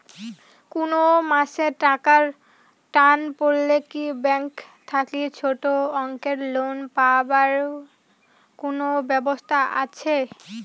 কুনো মাসে টাকার টান পড়লে কি ব্যাংক থাকি ছোটো অঙ্কের লোন পাবার কুনো ব্যাবস্থা আছে?